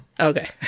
Okay